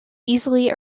easily